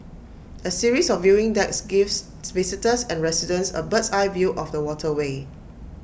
A series of viewing decks gives visitors and residents A bird's eye view of the waterway